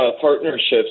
partnerships